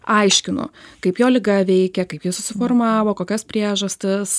aiškinu kaip jo liga veikia kaip ji susiformavo kokios priežastys